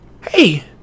Hey